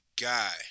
guy